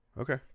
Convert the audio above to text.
Okay